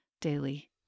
daily